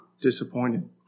disappointed